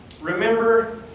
Remember